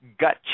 gut